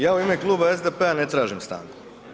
Ja u ime kluba SDP-a ne tražim stanku.